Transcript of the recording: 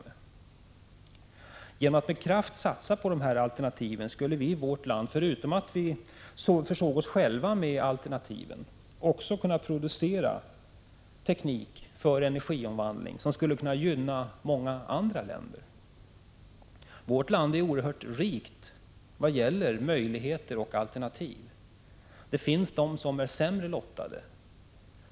Genom att med kraft satsa på dessa alternativ skulle vi i vårt land — förutom att vi försåg oss själva med alternativen — kunna producera teknik för energiomvandling som skulle kunna gynna många andra länder. Vårt land är oerhört rikt vad gäller möjligheter och alternativ. Det finns länder som är sämre lottade.